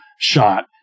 shot